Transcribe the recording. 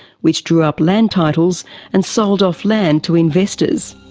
which drew up land titles and sold off land to investors.